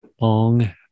Long